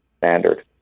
standard